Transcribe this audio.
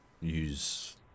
use